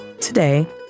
Today